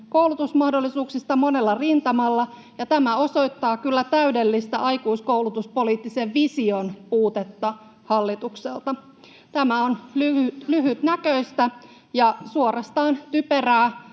koulutusmahdollisuuksista monella rintamalla, ja tämä osoittaa kyllä täydellistä aikuiskoulutuspoliittisen vision puutetta hallitukselta. Tämä on lyhytnäköistä ja suorastaan typerää